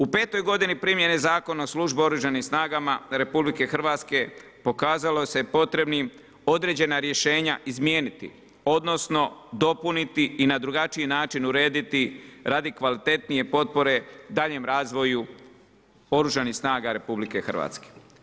U petoj godini primjene Zakona o službi u Oružanim snagama Republike Hrvatske pokazalo se potrebnim određena rješenja izmijeniti, odnosno dopuniti i na drugačiji način urediti radi kvalitetnije potpore daljem razvoju Oružanih snaga Republike Hrvatske.